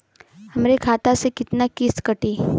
हमरे खाता से कितना किस्त कटी?